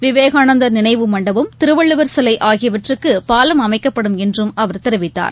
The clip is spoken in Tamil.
விவேகானந்தர் நினைவு மண்டபம் திருவள்ளுவர் சிலைஆகியவற்றுக்குபாலம் அமைக்கப்படும் என்றும் அவர் தெரிவித்தார்